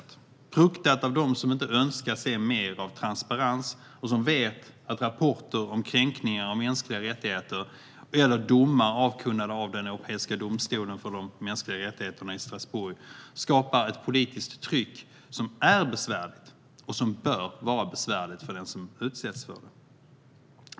Det är fruktat av dem som inte önskar se mer av transparens och som vet att rapporter om kränkningar av mänskliga rättigheter eller domar avkunnade av Europeiska domstolen för de mänskliga rättigheterna i Strasbourg skapar ett politiskt tryck som är besvärligt och som bör vara besvärligt för den som utsätts för det.